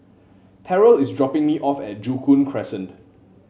Terrell is dropping me off at Joo Koon Crescent